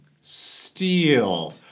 Steel